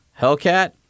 Hellcat